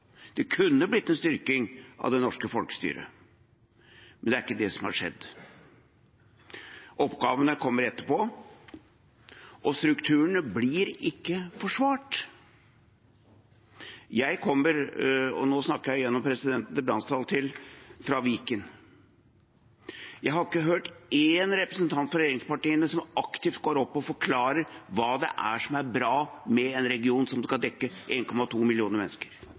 Det kunne blitt en styrking av det norske folkestyret. Men det er ikke det som har skjedd. Oppgavene kommer etterpå, og strukturene blir ikke forsvart. Jeg kommer – og nå snakker jeg gjennom presidenten til Bransdal – fra Viken. Jeg har ikke hørt én representant fra regjeringspartiene som aktivt går opp og forklarer hva det er som er bra med en region som skal dekke 1,2 millioner mennesker.